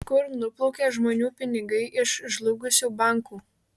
kur nuplaukė žmonių pinigai iš žlugusių bankų